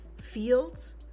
fields